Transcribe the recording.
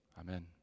Amen